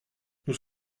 nous